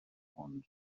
ond